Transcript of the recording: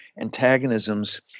antagonisms